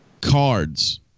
cards